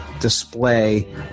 display